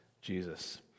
Jesus